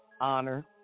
honor